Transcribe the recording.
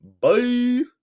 Bye